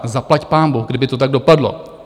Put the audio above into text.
Zaplaťpánbůh, kdyby to tak dopadlo.